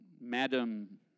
madam